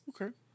Okay